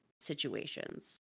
situations